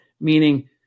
meaning